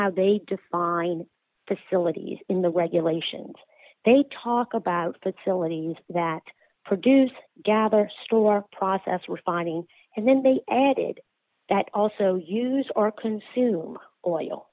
how they define facilities in the regulations they talk about fertility and that produce gather store process refining and then they added that also use our consume oil